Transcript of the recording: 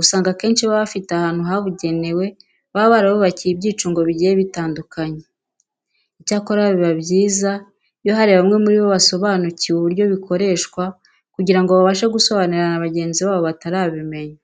usanga akenshi baba bafite ahantu habugenewe baba barabubakiye ibyicungo bigiye bitandukanye. Icyakora biba byiza iyo hari bamwe muri bo basobanukiwe uburyo bikoreshwa kugira ngo babashe gusobanurira na bagenzi babo batarabimenya.